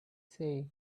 say